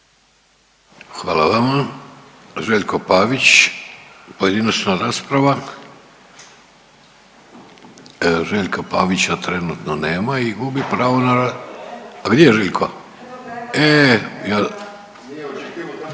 Hvala vam. Željko Pavić pojedinačna rasprava. Željka Pavića trenutno nema i gubi pravo na ra…,…/Upadica iz klupe se